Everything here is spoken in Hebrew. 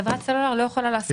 חברת סלולר לא יכולה לעשות זאת.